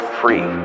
free